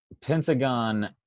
Pentagon